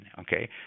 okay